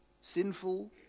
sinful